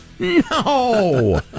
No